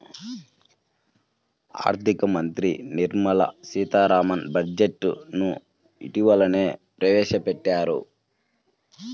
ఆర్ధిక మంత్రి నిర్మలా సీతారామన్ బడ్జెట్ ను ఇటీవలనే ప్రవేశపెట్టారు